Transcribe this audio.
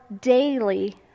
daily